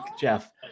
Jeff